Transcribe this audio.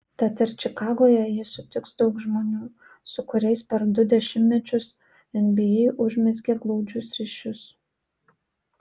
tad ir čikagoje jis sutiks daug žmonių su kuriais per du dešimtmečius nba užmezgė glaudžius ryšius